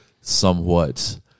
somewhat